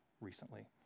recently